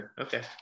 Okay